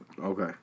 Okay